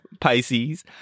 Pisces